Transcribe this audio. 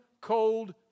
cold